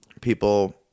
people